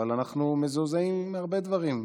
אבל אנחנו מזועזעים מהרבה דברים.